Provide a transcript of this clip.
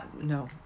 No